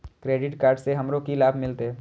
Credit card से हमरो की लाभ मिलते?